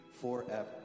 forever